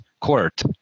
court